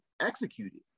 executed